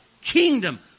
kingdom